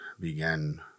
began